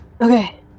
Okay